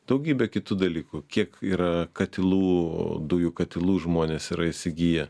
daugybė kitų dalykų kiek yra katilų dujų katilų žmonės yra įsigiję